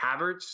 havertz